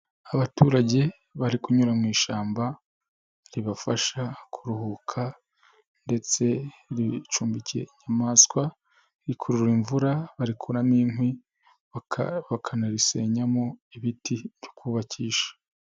Abaturage bari kunyura mu ishyamba ribafasha kuruhuka ndetse ricumbikiye inyamaswa, rikurura imvura, barikuramo inkwi, bakanarisenyamo ibiti byo kubakisha.